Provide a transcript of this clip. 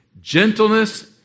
gentleness